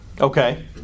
Okay